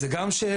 זו גם שאלה.